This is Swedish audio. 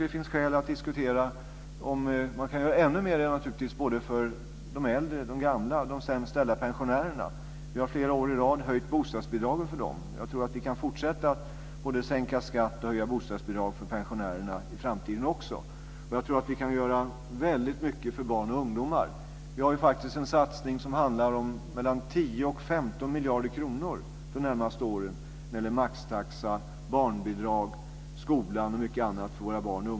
Det finns skäl att diskutera om man kan göra ännu mer för de äldre, de sämst ställda pensionärerna. Flera år i rad har vi höjt bostadsbidragen för dem. Vi kan fortsätta att både sänka skatt och höja bostadsbidrag för pensionärerna i framtiden också. Vi kan göra mycket för barn och ungdomar. Vi gör de närmaste åren en satsning på 10-15 miljarder kronor på våra barn och ungdomar inför framtiden - på maxtaxa, barnbidrag, skolan och mycket annat.